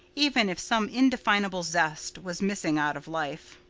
even if some indefinable zest was missing out of life.